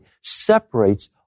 separates